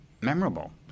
memorable